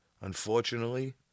Unfortunately